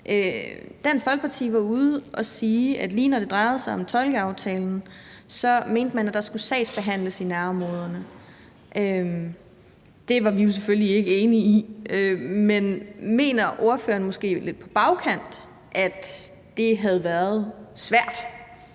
Dansk Folkepartis mening skulle der, lige når det drejede sig om tolkeaftalen, sagsbehandles i nærområderne. Det var vi selvfølgelig ikke enige i. Men mener ordføreren måske lidt på bagkant, at det havde været svært